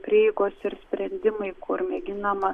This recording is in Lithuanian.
prieigos ir sprendimai kur mėginama